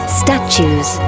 statues